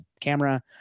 camera